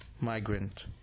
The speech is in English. migrant